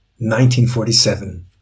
1947